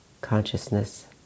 consciousness